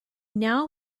now